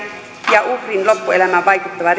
ja uhrin loppuelämään vaikuttava